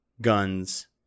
guns